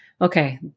okay